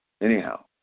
anyhow